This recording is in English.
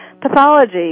pathology